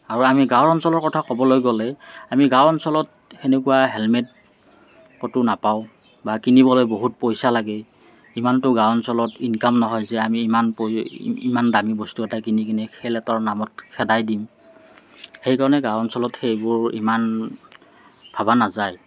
আৰু আমি গাঁও অঞ্চলৰ কথা ক'বলৈ গ'লে আমি গাঁও অঞ্চলত সেনেকুৱা হেলমেট ক'তো নাপাওঁ বা কিনিবলৈ বহুত পইচা লাগে সিমানটো গাওঁ অঞ্চলত ইনকম নহয় যে আমি ইমান পৰি ইমান দামী বস্তু এটা কিনি কিনে খেল এটাৰ নামত খেদাই দিম সেইকাৰণে গাওঁ অঞ্চলত সেইবোৰ ইমান ভবা নাযায়